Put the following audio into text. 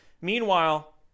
Meanwhile